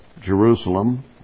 Jerusalem